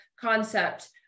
concept